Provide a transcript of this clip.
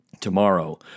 Tomorrow